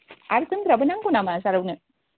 आरो जोमग्राबो नांगौ नामा जारौनो